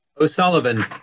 O'Sullivan